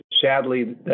sadly